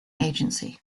agency